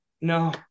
No